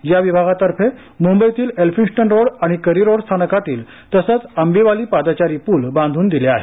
या विभागातर्फे मुंबईतील एल्फी स्टैन रोड आणि करी रोड स्थानकातील तसच अम्बिवाली पादचारी पुल बांधून दिले आहेत